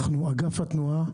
אנחנו, אגף התנועה,